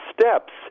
steps